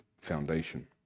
foundation